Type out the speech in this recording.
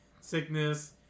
sickness